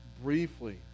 Briefly